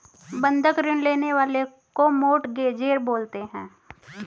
बंधक ऋण लेने वाले को मोर्टगेजेर बोलते हैं